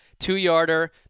two-yarder